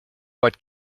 but